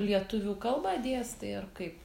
lietuvių kalbą dėstai ar kaip